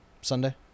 Sunday